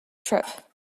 trip